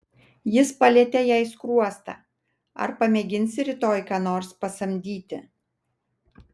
jis palietė jai skruostą ar pamėginsi rytoj ką nors pasamdyti